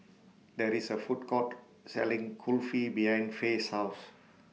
There IS A Food Court Selling Kulfi behind Fae's House